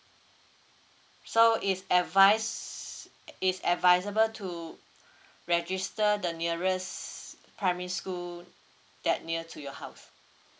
so it's advise it's advisable to register the nearest primary school that near to your house